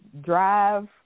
drive